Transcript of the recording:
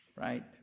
right